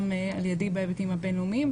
גם על-ידי בהיבטים הבין-לאומיים,